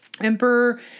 Emperor